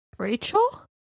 Rachel